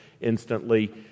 instantly